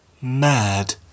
Mad